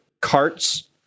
carts